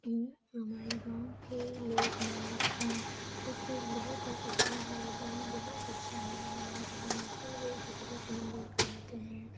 ہمارے گاؤں کے لوگ مطلب ہر ایک چیز بہت ہی اچھا ہے گاؤں بہت اچھا ہے ہمارے گاؤں میں سب ایک دوسرے سے مل جل کر رہتے ہیں